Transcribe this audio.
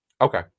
Okay